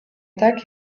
tak